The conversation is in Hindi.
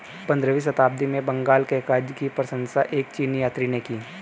पंद्रहवीं शताब्दी में बंगाल के कागज की प्रशंसा एक चीनी यात्री ने की